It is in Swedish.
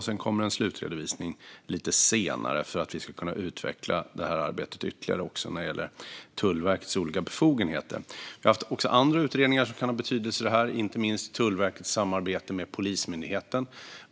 Sedan kommer en slutredovisning lite senare för att vi ska kunna utveckla det här arbetet ytterligare när det gäller Tullverkets olika befogenheter. Vi har också haft andra utredningar som kan ha betydelse i sammanhanget, inte minst när det gäller Tullverkets samarbete med Polismyndigheten.